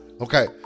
Okay